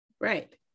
right